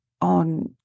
on